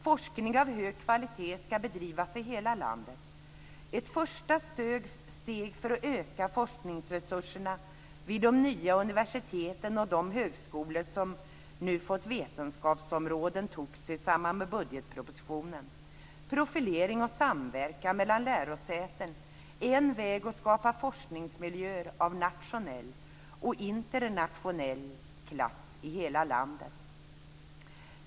· Forskning av hög kvalitet ska bedrivas i hela landet. Ett första steg för att öka forskningsresurserna vid de nya universiteten och de högskolor som nu har fått vetenskapsområden togs i samband med budgetpropositionen. Profilering och samverkan mellan lärosäten är en väg att skapa forskningsmiljöer av nationell och internationell klass i hela landet.